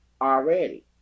already